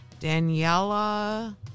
Daniela